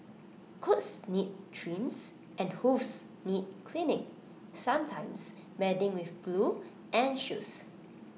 coats need trims and hooves need cleaning sometimes mending with glue and shoes